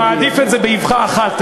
הוא מעדיף את זה באבחה אחת,